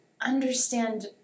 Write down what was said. understand